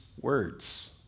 words